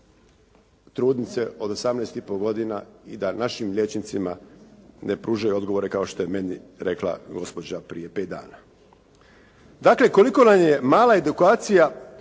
trudnice od 18 i pol godina i da našim liječnicima ne pružaju odgovore kao što je meni rekla gospođa prije pet dana. Dakle, koliko nam je mala edukacija